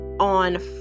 on